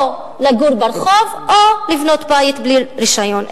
או לגור ברחוב, או לבנות בית בלי רשיון.